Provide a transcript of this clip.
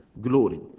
glory